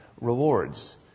rewards